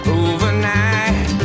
overnight